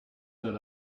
that